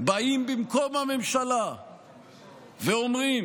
באים במקום הממשלה ואומרים: